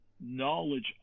knowledge